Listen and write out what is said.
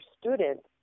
students